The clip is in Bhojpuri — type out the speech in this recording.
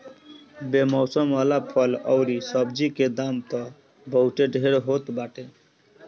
बेमौसम वाला फल अउरी सब्जी के दाम तअ बहुते ढेर होत बाटे